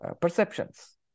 perceptions